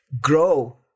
grow